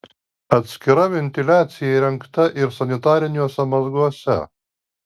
atskira ventiliacija įrengta ir sanitariniuose mazguose